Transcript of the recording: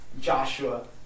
Joshua